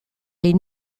les